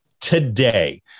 today